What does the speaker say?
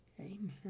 Amen